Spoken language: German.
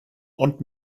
und